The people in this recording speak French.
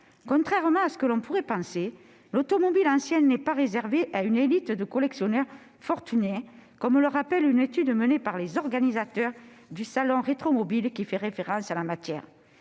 Contrairement à ce que l'on pourrait penser, l'automobile ancienne n'est pas réservée à une élite de collectionneurs fortunés, comme le rappelle une étude menée par les organisateurs du salon Retromobile qui fait référence en la matière.